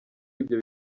ibyo